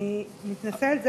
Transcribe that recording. אני מתנצלת.